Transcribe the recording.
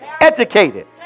educated